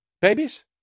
babies